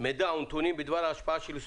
מידע או נתונים בדבר ההשפעה של יישום